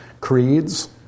creeds